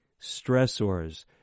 stressors